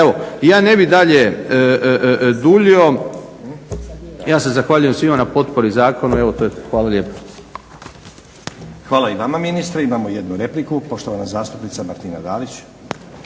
Evo, ja ne bih dalje duljio. Ja se zahvaljujem svima na potpori zakonu. Evo, to je to. Hvala lijepo. **Stazić, Nenad (SDP)** Hvala i vama ministre. Imamo jednu repliku, poštovana zastupnica Martina Dalić.